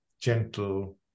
gentle